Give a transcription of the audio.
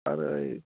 আর ওই